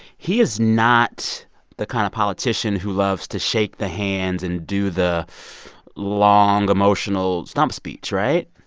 he is not the kind of politician who loves to shake the hands and do the long, emotional stump speech, right?